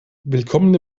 willkommen